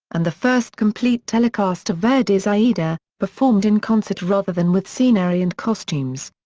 and the first complete telecast of verdi's aida, performed in concert rather than with scenery and costumes.